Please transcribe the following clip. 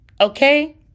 Okay